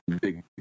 big